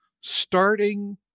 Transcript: starting